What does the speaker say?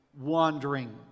wandering